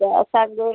त असांखे